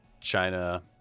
China